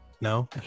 No